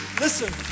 Listen